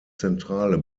zentrale